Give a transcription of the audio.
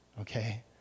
Okay